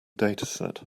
dataset